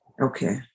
Okay